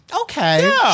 Okay